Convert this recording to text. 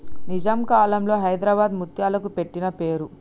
నిజాం కాలంలో హైదరాబాద్ ముత్యాలకి పెట్టిన పేరు